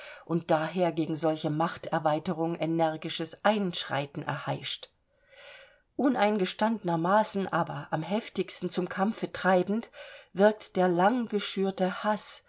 und daher gegen solche machterweiterung energisches einschreiten erheischt uneingestandenermaßen aber am heftigsten zum kampfe treibend wirkt der lang geschürte haß